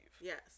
Yes